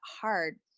hard